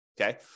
Okay